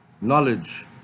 knowledge